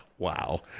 Wow